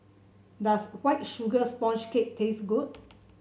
does White Sugar Sponge Cake taste good